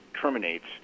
terminates